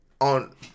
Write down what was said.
on